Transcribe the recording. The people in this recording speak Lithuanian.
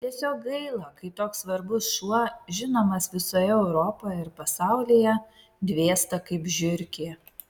tiesiog gaila kai toks svarbus šuo žinomas visoje europoje ir pasaulyje dvėsta kaip žiurkė